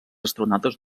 astronautes